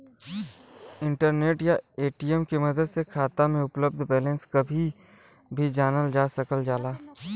internet या ATM के मदद से खाता में उपलब्ध बैलेंस कभी भी जानल जा सकल जाला